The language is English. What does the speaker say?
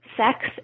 sex